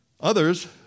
others